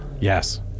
Yes